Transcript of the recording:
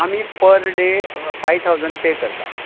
आमी per day five thousand pay करता